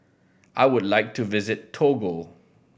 I would like to visit Togo